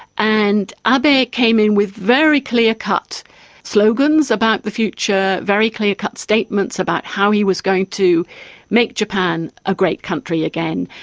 and ah abe came in with very clear-cut slogans about the future, very clear-cut statements about how he was going to make japan a great country again.